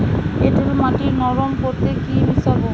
এঁটেল মাটি নরম করতে কি মিশাব?